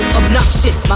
obnoxious